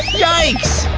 yikes.